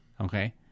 okay